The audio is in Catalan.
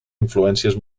influències